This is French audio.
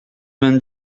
vingt